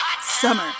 Summer